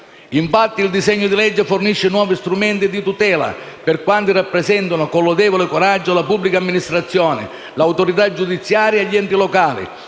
Infatti, il disegno di legge fornisce nuovi strumenti di tutela per quanti rappresentano con lodevole coraggio la pubblica amministrazione, l'autorità giudiziaria e gli enti locali,